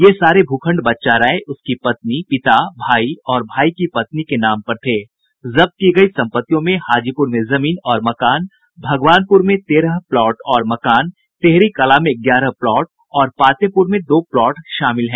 ये सारे भू खण्ड बच्चा राय उसकी पत्नी पिता भाई और भाई की पत्नी के नाम पर थे जब्त की गई संपत्तियों में हाजीपुर में जमीन और मकान भगवानपुर में तेरह प्लॉट और मकान टेहरी कला में ग्यारह प्लॉट और पातेपुर में दो प्लॉट शामिल हैं